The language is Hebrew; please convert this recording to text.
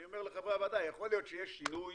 אני אומר לחברי הוועדה, יכול להיות שיהיה שינוי